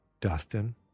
Dustin